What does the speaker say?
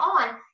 on